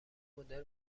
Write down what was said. مدرن